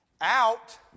Out